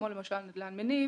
כמו נדל"ן מניב,